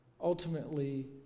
ultimately